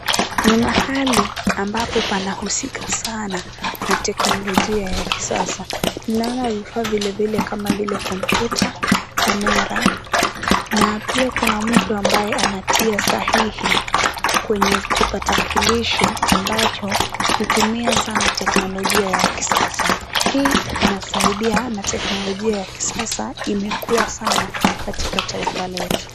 Ni mahali ambapo panahusika sana na teknolojia ya kisasa. Naona vifaa vile vile kama vile kompyuta, kamera na pia kuna mtu ambaye anatia sahihi kwenye kipatakilishi ambacho hutumia sana teknolojia ya kisasa. Hii inasaidia na teknolojia ya kisasa imekua sana katika taifa letu.